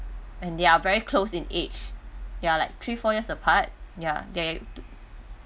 and they are very close in age they are like three four years apart ya they